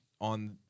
on